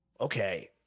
okay